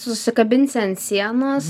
susikabinti ant sienos